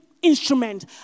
Instrument